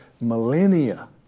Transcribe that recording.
millennia